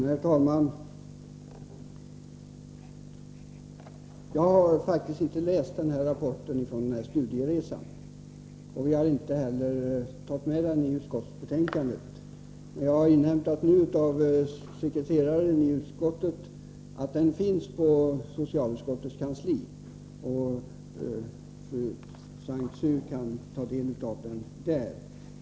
Herr talman! Jag har faktiskt inte läst rapporten från den här studieresan. Jag har inte heller tagit med den i utskottsbetänkandet. Jag har inhämtat hos sekreteraren i utskottet att rapporten finns på socialutskottets kansli, så Mona Saint Cyr kan ta del av den där.